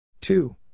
Two